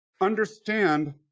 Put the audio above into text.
understand